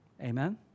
Amen